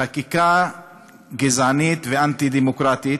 חקיקה גזענית ואנטי-דמוקרטית,